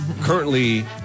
currently